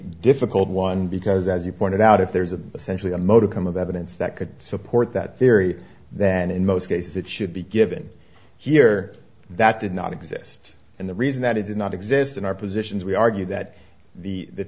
difficult one because as you pointed out if there's a potential imo to come of evidence that could support that theory then in most cases it should be given here that did not exist and the reason that it did not exist in our positions we argue that the the